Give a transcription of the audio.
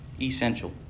essential